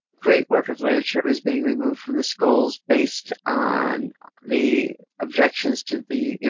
great work of literature is being removed from the schools based on the objections to the